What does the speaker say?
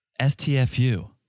STFU